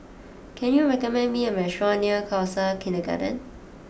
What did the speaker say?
can you recommend me a restaurant near Khalsa Kindergarten